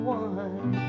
one